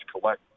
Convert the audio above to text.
collect